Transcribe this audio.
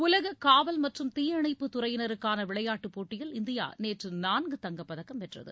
உலக காவல் மற்றும் தீயணைப்பு துறையினருக்கான விளையாட்டுப் போட்டியில் இந்தியா நேற்று நான்கு தங்கப்பதக்கம் வென்றது